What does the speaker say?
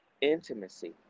intimacy